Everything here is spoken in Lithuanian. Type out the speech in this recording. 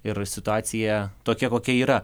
ir situacija tokia kokia yra